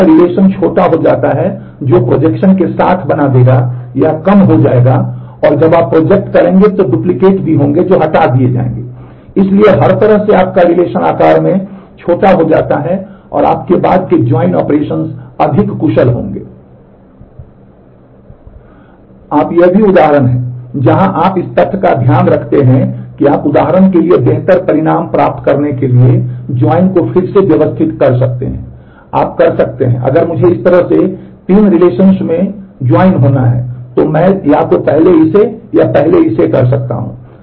आप ये भी उदाहरण हैं जहां आप इस तथ्य का ध्यान रख सकते हैं कि आप उदाहरण के लिए बेहतर परिणाम प्राप्त करने के लिए ज्वाइन में शामिल होना है तो मैं या तो पहले इसे या पहले इसे कर सकता हूं